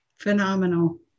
Phenomenal